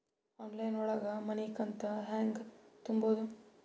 Online ಒಳಗ ಮನಿಕಂತ ಹ್ಯಾಂಗ ತುಂಬುದು?